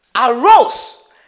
arose